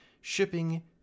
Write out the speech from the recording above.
shipping